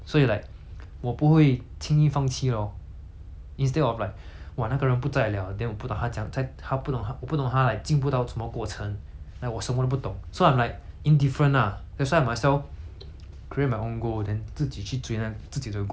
instead of like !wah! 那个人不在 liao then 我不懂他怎样他不懂他我不懂他 like 进不到什么过程 like 我什么都不懂 so I'm like indifferent lah that's why I might as well create my own goal then 自己去追那个自己的 goal 那个那个感觉 hor 跟你